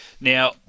Now